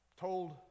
told